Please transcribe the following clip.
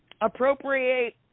appropriate